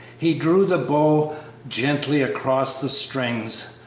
he drew the bow gently across the strings,